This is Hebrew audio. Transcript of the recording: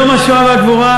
יום השואה והגבורה,